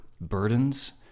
burdens